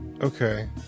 Okay